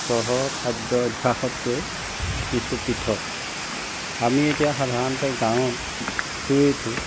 চহৰৰ খাদ্য অভ্যাসতকৈ কিছু পৃথক আমি এতিয়া সাধাৰণতে গাঁৱত শুই উঠি